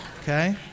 Okay